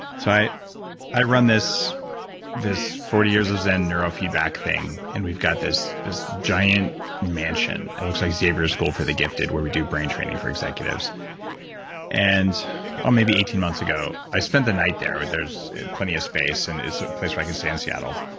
so i i run this this forty years of zen neurofeedback thing, and we've got this this giant mansion. it looks like xavier's school for the gifted, where we do brain training for executives and um maybe eighteen months ago, i spent the night there. there's plenty of space, and it's a place where i can stay in seattle.